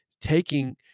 taking